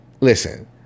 Listen